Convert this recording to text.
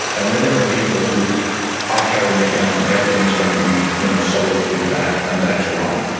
and then there are people who i carry a gun. everything is going to be you know solved with that, and that's wrong.